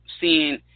seeing